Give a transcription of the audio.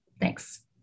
Thanks